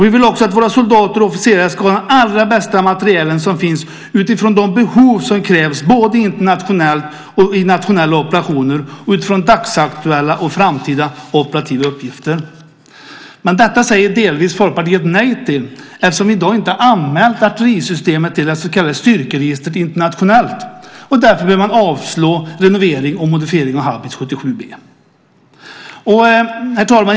Vi vill att våra soldater och officerare ska ha den allra bästa materiel som finns utifrån de behov som finns både vid internationella operationer och utifrån dagsaktuella och framtida operativa uppgifter. Men till detta säger Folkpartiet delvis nej eftersom vi i dag inte har anmält artillerisystemet till det så kallade internationella styrkeregistret. Därför bör förslaget om renovering och modifiering av Haubits 77B avslås. Herr talman!